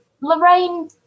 Lorraine